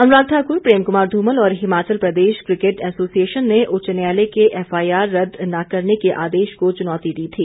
अनुराग ठाकुर प्रेम कुमार धूमल और Himachal Pradesh cricket association ने उच्च न्यायालय के एफआईआर रद्द न करने के आदेश को चुनौती दी थी